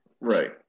Right